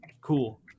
cool